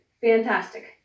Fantastic